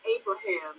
Abraham